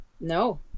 no